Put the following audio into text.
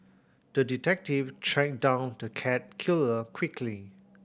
the detective tracked down the cat killer quickly